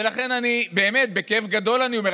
ולכן באמת בכאב גדול אני אומר,